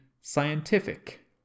scientific